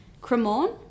Cremorne